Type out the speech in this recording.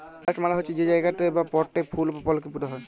planters মালে হছে যে জায়গাতে বা পটে ফুল বা ফলকে পুঁতা যায়